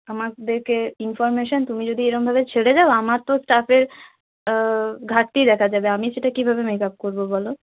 আমাদেরকে ইনফরমেশান তুমি যদি এরকমভাবে ছেড়ে দাও আমার তো স্টাফের ঘাটতি দেখা যাবে আমি সেটা কীভাবে মেক আপ করব বলো